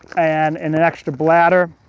and and an extra bladder.